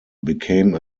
became